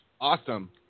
Awesome